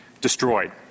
destroyed